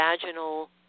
vaginal